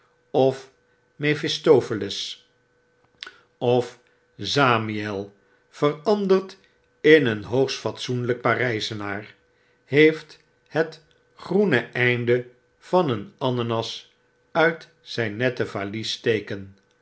of mephistopheles of zamiel veranderd in een hoogst fatsoenlijk pargzenaar heeft het groene einde van een ananas uit zijn nette valies steken